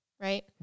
right